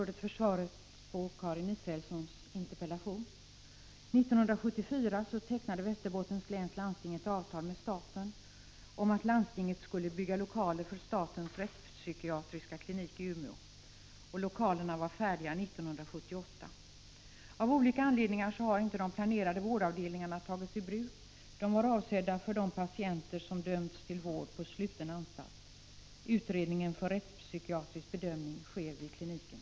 1974 tecknade Västerbottens läns landsting ett avtal med staten om att landstinget skulle bygga lokaler för statens rättspsykiatriska klinik i Umeå. Dessa lokaler stod färdiga 1978. Av olika anledningar har inte de planerade vårdavdelningarna tagits i bruk. De var ämnade för de patienter som dömts till vård på sluten anstalt. Utredningen för rättspsykiatrisk bedömning sker vid kliniken.